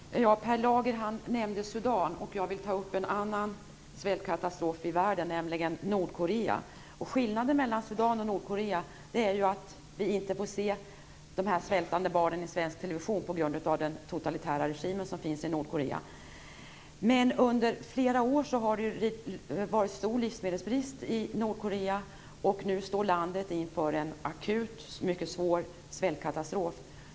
Fru talman! Per Lager nämnde Sudan, och jag vill ta upp en annan svältkatastrof i världen, nämligen i Nordkorea. Skillnaden mellan Sudan och Nordkorea är att vi inte får se de svältande barnen i svensk television på grund av den totalitära regimen i Nordkorea. Under flera år har det varit stor livsmedelsbrist i Nordkorea, och nu står landet inför en akut, mycket svår svältkatastrof.